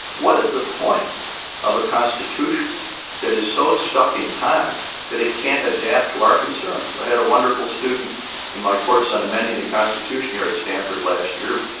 what is the point of a constitution that is so stuck in time that it can't adapt to our concerns? i had a wonderful student in my course on amending the constitution here at stanford last year.